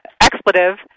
Expletive